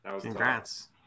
Congrats